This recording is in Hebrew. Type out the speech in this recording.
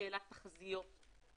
לשאלת תחזיות והתחזיות,